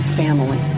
family